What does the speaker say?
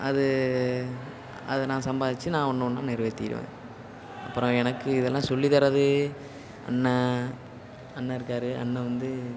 அது அது நான் சம்பாரித்து நான் ஒன்று ஒன்றா நிறைவேற்றிருவேன் அப்புறோம் எனக்கு இதெல்லாம் சொல்லி தரது அண்ணன் அண்ணன் இருக்காரு அண்ணன் வந்து